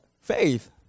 Faith